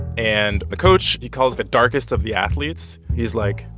and the coach, he calls the darkest of the athletes. he's like,